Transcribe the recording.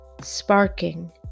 Sparking